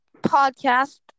podcast